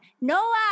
Noah